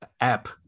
app